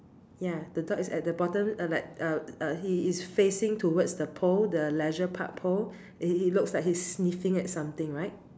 ya the dog is at the bottom uh like uh uh he is facing towards the pole the Leisure Park pole he he looks like he's sniffing at something right